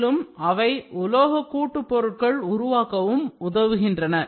மேலும் அவை உலோக கூட்டு பொருட்கள் உருவாக்கவும் உதவுகின்றன